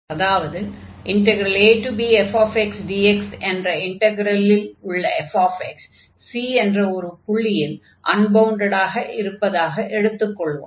அதாவது abfxdx என்ற இன்டக்ரலில் உள்ள f c என்ற ஒரு புள்ளியில் அன்பவுண்டடாக இருப்பதாக எடுத்துக் கொள்வோம்